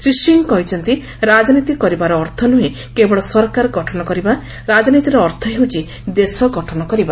ଶ୍ରୀ ସିଂ କହିଛନ୍ତି ରାଜନୀତି କରିବାର ଅର୍ଥ ନୁହେଁ କେବଳ ସରକାର ଗଠନ କରିବା ରାଜନୀତିର ଅର୍ଥ ହେଉଛି ଦେଶ ଗଠନ କରିବା